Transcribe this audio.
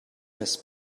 miss